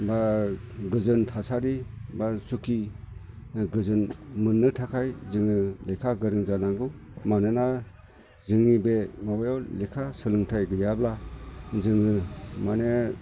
बा गोजोन थासारि बा सुखि गोजोन मोननो थाखाय जोङो लेखा गोरों जानांगौ मानोना जोंनि बे माबायाव लेखा सोलोंथाय गैयाब्ला जोङो माने